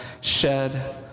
shed